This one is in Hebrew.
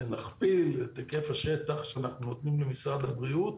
נכפיל את היקף השטח שאנחנו נותנים למשרד הבריאות